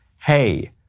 hey